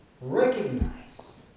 Recognize